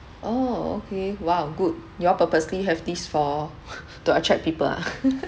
orh okay !wow! good you all purposely have this for to attract people ah